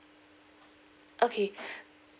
okay